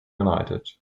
united